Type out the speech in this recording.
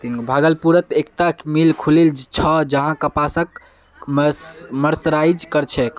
भागलपुरत एकता मिल खुलील छ जहां कपासक मर्सराइज कर छेक